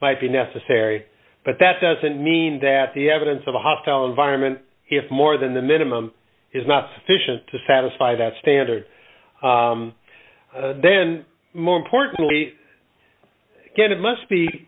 might be necessary but that doesn't mean that the evidence of a hostile environment if more than the minimum is not sufficient to satisfy that standard then more importantly get it must be